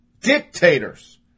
Dictators